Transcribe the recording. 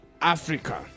Africa